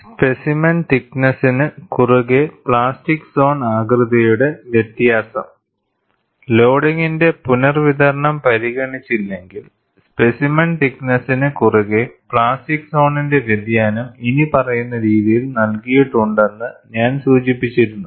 specimen തിക്ക്നെസ്സിനു കുറുകെ plastic zone ആകൃതിയുടെ വ്യത്യാസം ലോഡിംഗിന്റെ പുനർവിതരണം പരിഗണിച്ചില്ലെങ്കിൽ സ്പെസിമെൻ തിക്ക്നെസ്സിനു കുറുകെ പ്ലാസ്റ്റിക് സോണിന്റെ വ്യതിയാനം ഇനി പറയുന്ന രീതിയിൽ നൽകിയിട്ടുണ്ടെന്ന് ഞാൻ സൂചിപ്പിച്ചിരുന്നു